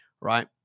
right